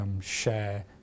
Share